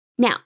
Now